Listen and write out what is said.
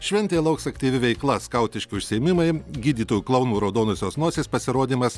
šventėje lauks aktyvi veikla skautiški užsiėmimai gydytojų klounų raudonosios nosies pasirodymas